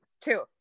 Two